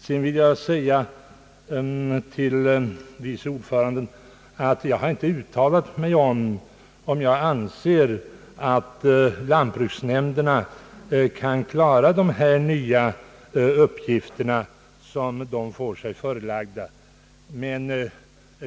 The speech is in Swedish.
Vidare vill jag till herr vice ordföranden i utskottet framhålla, att jag inte har uttalat mig i frågan om jag anser att lantbruksnämnderna kan klara de nya uppgifter, som de får sig förelagda.